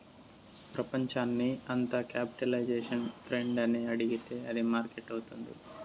ప్రపంచాన్ని అంత capitalisation friend అని అడిగితే అది మార్కెట్ అవుతుంది